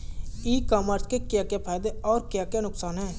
ई commerce के क्या क्या फायदे और क्या क्या नुकसान है?